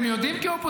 לא לא לא לא.